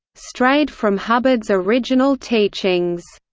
strayed from hubbard's original teachings.